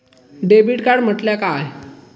Debit card म्हटल्या काय?